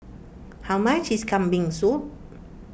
how much is Kambing Soup